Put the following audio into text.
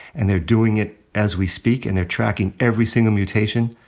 and they're doing it as we speak, and they're tracking every single mutation.